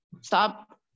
stop